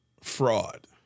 fraud